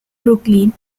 brooklyn